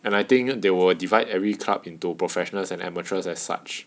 and I think they will divide every club into professionals and amateurs as such